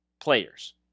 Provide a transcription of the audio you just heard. players